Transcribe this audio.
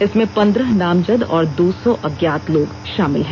इसमें पन्द्रह नामजद और दो सौ अज्ञात लोग शामिल है